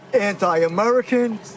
anti-American